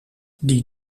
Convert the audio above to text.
die